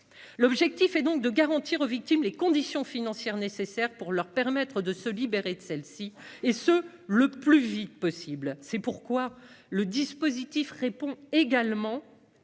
L'objectif est donc de garantir aux victimes les conditions financières nécessaires pour leur permettre de se libérer le plus vite possible de l'emprise. C'est pourquoi le dispositif répond également